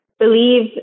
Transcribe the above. believe